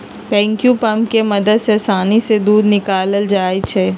vacuum pump के मदद से आसानी से दूध निकाकलल जाइ छै